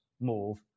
move